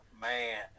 man